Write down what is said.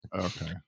Okay